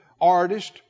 artist